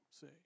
See